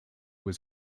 was